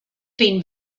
been